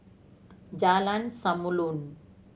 Jalan Samulun